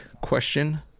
question